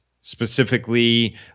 specifically